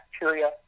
bacteria